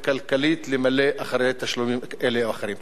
כלכלית למלא אחר תשלומים אלה או אחרים.